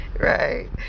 right